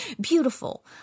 beautiful